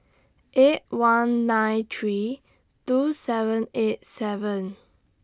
eight one nine three two seven eight seven